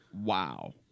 Wow